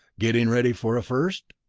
getting ready for a first?